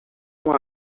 uma